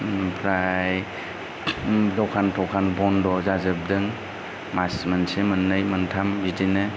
ओमफ्राय दखान थखान बन्द' जाजोबदों मास मोनसे मोननै मोनथाम बिदिनो